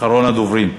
אחרון הדוברים.